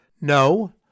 No